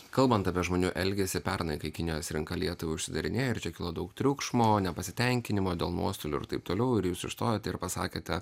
kalbant apie žmonių elgesį pernai kai kinijos rinka lietuvai užsidarinėjo ir čia kilo daug triukšmo nepasitenkinimo dėl nuostolių ir taip toliau ir jūs išstojote ir pasakėte